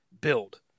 build